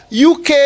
UK